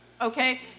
Okay